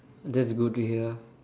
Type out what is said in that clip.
that's good to hear